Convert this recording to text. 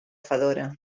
fedora